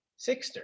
Sixter